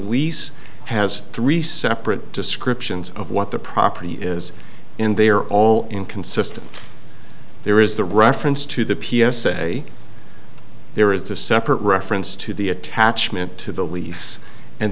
lease has three separate descriptions of what the property is in there all inconsistent there is the reference to the p s a there is a separate reference to the attachment to the lease and